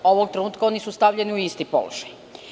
Ovog trenutka oni su stavljeni u isti položaj.